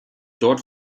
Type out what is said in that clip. dort